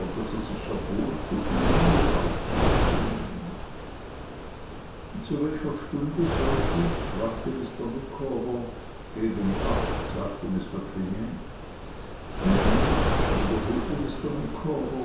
daß er sich erbot soviel mühe auf sich zu nehmen zu welcher stunde soll ich fragte mr micawber gegen acht sagte mr quinion gegen acht wiederholte